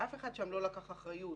אף אחד שם לא לקח אחריות.